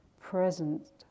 present